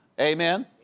Amen